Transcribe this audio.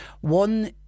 one